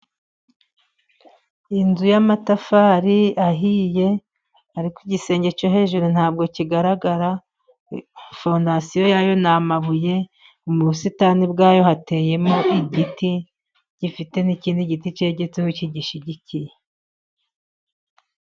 Inzu y'amatafari ahiye ariko igisenge cyo hejuru ntabwo kigaragara, fondasiyo yayo ni amabuye, mu busitani bwayo hateyemo igiti gifite n'ikindi giti cyegetseho, kigishyigikiye.